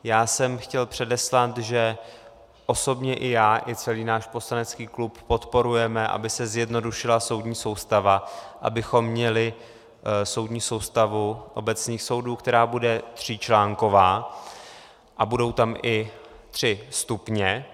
Já jsem chtěl předeslat, že osobně i já i celý náš poslanecký klub podporujeme, aby se zjednodušila soudní soustava, abychom měli soudní soustavu obecných soudů, která bude tříčlánková a budou tam i tři stupně.